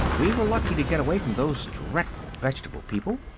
we were lucky to get away from those dreadful vegetable people.